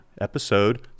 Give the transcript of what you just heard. Episode